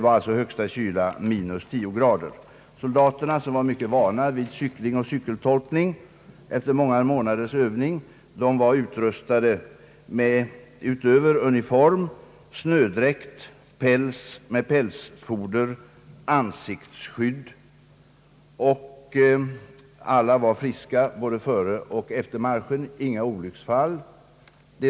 Strängaste kyla var alltså — 10 grader. Soldaterna, som var mycket vana vid cykling och cykeltolkning efter många månaders träning, var utöver uniform utrustade med snödräkt, päls med pälsfoder, ansiktsskydd, och alla var friska både före och efter marschen. Inga olycksfall inträffade.